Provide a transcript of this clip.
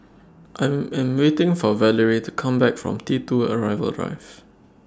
I'm I'm waiting For Valery to Come Back from T two Arrival Drive